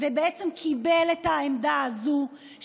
ובעצם קיבל את העמדה הזאת,